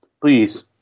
please